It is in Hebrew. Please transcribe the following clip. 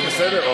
זה בסדר?